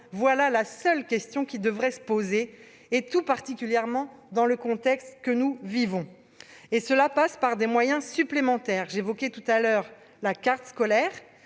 Voilà la seule question qui devrait se poser, tout particulièrement dans le contexte que nous vivons. Cela passe par des moyens supplémentaires. J'évoquais précédemment la carte scolaire.